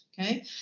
okay